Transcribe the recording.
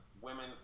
women